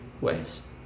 ways